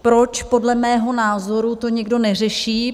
Proč podle mého názoru to někdo neřeší?